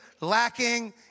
lacking